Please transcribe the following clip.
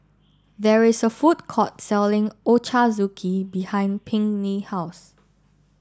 there is a food court selling Ochazuke behind Pinkney's house